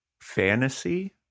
Fantasy